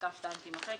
פסקה (2) תימחק.